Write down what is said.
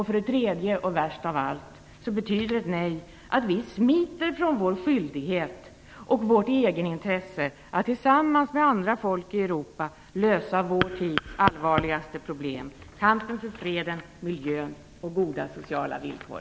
För det tredje, och värst av allt, betyder ett nej att vi smiter från vår skyldighet och vårt eget intresse att tillsammans med andra folk i Europa lösa vår tids allvarligaste problem: kampen för freden, miljön och goda sociala villkor.